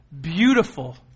beautiful